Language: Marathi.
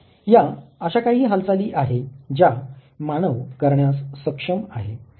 या अशा काही हालचाली आहे ज्या मानव करण्यास सक्षम आहे